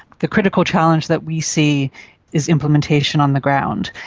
the critical challenge that we see is implementation on the ground,